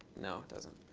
no, it doesn't.